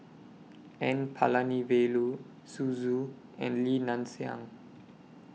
N Palanivelu Zhu Xu and Li Nanxing